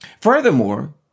Furthermore